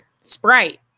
Sprite